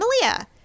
Malia